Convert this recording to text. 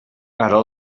ara